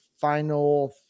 final